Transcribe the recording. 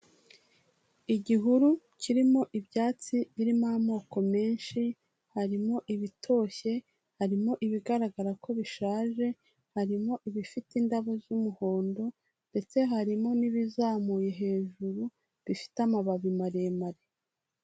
Igihuru kirimo ibyatsi birimo amoko menshi: harimo ibitoshye, harimo ibigaragara ko bishaje, harimo ibifite indabo z'umuhondo ndetse harimo n'ibizamuye hejuru, bifite amababi maremare.